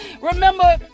Remember